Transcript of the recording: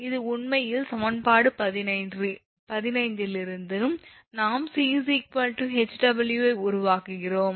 இது உண்மையில் சமன்பாடு 15 இலிருந்து நாம் c 𝐻𝑊 ஐ உருவாக்குகிறோம்